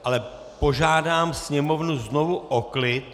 Ale požádám Sněmovnu znovu o klid!